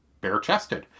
bare-chested